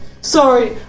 sorry